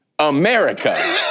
America